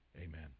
Amen